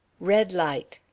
red light.